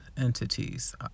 entities